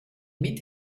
mit